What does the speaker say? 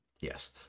Yes